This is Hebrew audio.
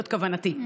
זאת כוונתי.